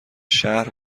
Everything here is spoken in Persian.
شهر